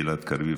גלעד קריב,